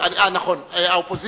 נוכח פה.